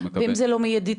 ואם זה לא מיידי,